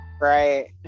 Right